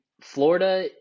Florida